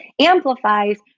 amplifies